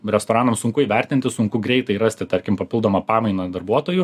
restoranam sunku įvertinti sunku greitai rasti tarkim papildomą pamainą darbuotojų